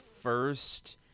first